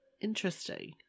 Interesting